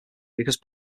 because